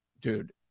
Dude